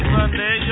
Sunday